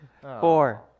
Four